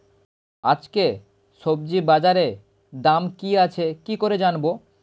আজকে সবজি বাজারে দাম কি আছে কি করে জানবো?